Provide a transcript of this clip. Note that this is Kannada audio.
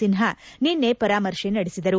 ಸಿನ್ಡಾ ನಿನ್ನೆ ಪರಾಮರ್ಶೆ ನಡೆಸಿದರು